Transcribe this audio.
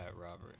Robert